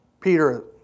Peter